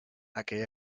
aquell